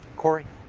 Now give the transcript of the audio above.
cori.